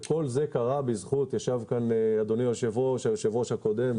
כל זה קרה בזכות היושב-ראש הקודם,